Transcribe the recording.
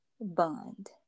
bond